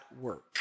work